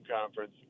Conference